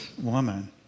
woman